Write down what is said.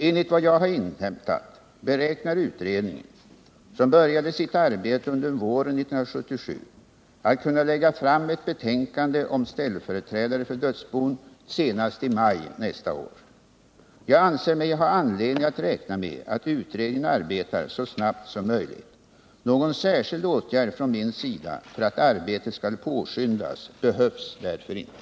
Enligt vad jag har inhämtat beräknar utredningen, som började sitt arbete under våren 1977, att kunna lägga fram ett betänkande om ställföreträdare för dödsbon senast i maj nästa år. Jag anser mig ha anledning att räkna med att utredningen arbetar så snabbt som möjligt. Någon särskild åtgärd från min sida för att arbetet skall påskyndas behövs därför inte.